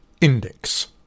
Index